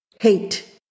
hate